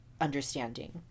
understanding